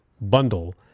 bundle